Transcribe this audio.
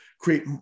create